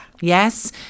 Yes